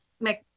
make